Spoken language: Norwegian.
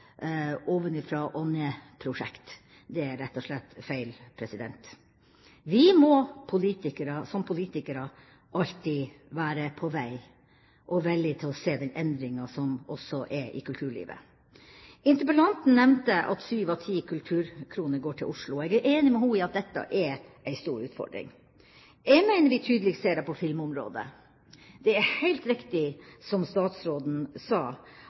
Det er rett og slett feil. Vi må som politikere alltid være på vei og være villige til å se de endringene som også er i kulturlivet. Interpellanten nevnte at sju av ti kulturkroner går til Oslo. Jeg er enig med henne i at dette er en stor utfordring. Jeg mener vi tydeligst ser det på filmområdet. Det er helt riktig som statsråden sa,